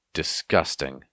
disgusting